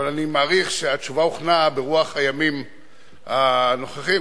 אבל אני מעריך שהתשובה הוכנה ברוח הימים הנוכחיים.